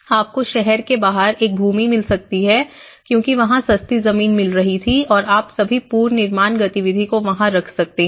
आपको शहर के बाहर एक भूमि मिल सकती है क्योंकि वहां सस्ती जमीन मिल रही थी और आप सभी पुनर्निर्माण गतिविधि को वहां रख सकते हैं